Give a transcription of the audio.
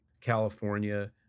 California